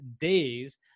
days